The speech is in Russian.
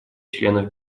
членов